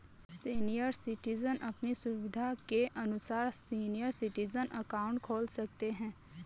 senior citizen अपनी सुविधा के अनुसार सीनियर सिटीजन अकाउंट खोल सकते है